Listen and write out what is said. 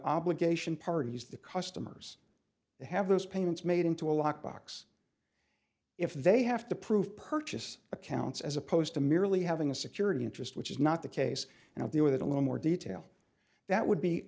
obligation parties the customers have those payments made into a lockbox if they have to prove purchase accounts as opposed to merely having a security interest which is not the case and i'll deal with it a little more detail that would be